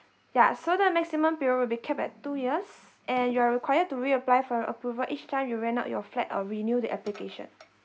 ya so the maximum period will be capped at two years and you are required to reapply for a approval each time you rent out your flat or renew the application